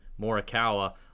Morikawa